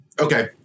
okay